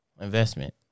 investment